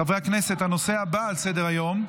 חברי הכנסת, הנושא הבא על סדר-היום,